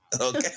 Okay